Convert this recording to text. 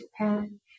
Japan